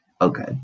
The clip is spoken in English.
Okay